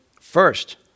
first